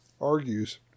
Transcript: argues